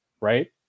right